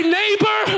neighbor